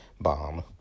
Bomb